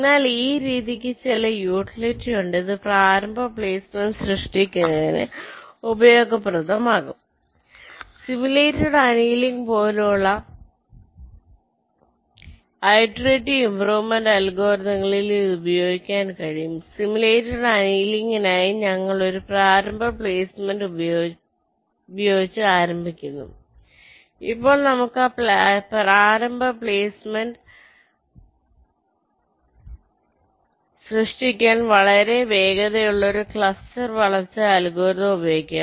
എന്നാൽ ഈ രീതിക്ക് ചില യൂട്ടിലിറ്റി ഉണ്ട് ഇത് പ്രാരംഭ പ്ലെയ്സ്മെന്റ് സൃഷ്ടിക്കുന്നതിന് ഉപയോഗപ്രദമാകും സിമുലേറ്റഡ് അനിയലിംഗ് പോലുള്ള ഇറ്ററേറ്റിവ് ഇമ്പ്രൂവ്മെൻറ് അൽഗോരിതങ്ങളിൽ ഇത് ഉപയോഗിക്കാൻ കഴിയും സിമുലേറ്റഡ് അനിയലിംഗിനായി ഞങ്ങൾ ഒരു പ്രാരംഭ പ്ലെയ്സ്മെന്റ് ഉപയോഗിച്ച് ആരംഭിക്കുന്നു ഇപ്പോൾ നമുക്ക് ആ പ്രാരംഭ പ്ലെയ്സ്മെന്റ് സൃഷ്ടിക്കാൻ വളരെ വേഗതയുള്ള ഈ ക്ലസ്റ്റർ വളർച്ചാ അൽഗോരിതം ഉപയോഗിക്കാം